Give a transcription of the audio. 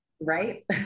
Right